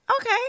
okay